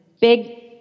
big